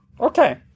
Okay